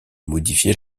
modifier